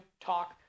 talk